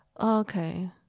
okay